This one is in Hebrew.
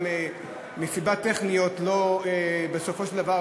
זה לא פגיעה משום שזה יום שבתון.